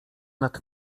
nad